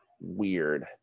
weird